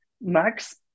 Max